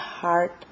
heart